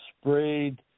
sprayed